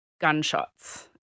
gunshots